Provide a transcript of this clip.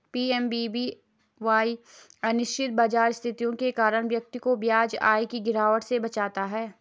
PMVVY अनिश्चित बाजार स्थितियों के कारण व्यक्ति को ब्याज आय की गिरावट से बचाता है